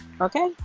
okay